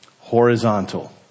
horizontal